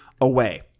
away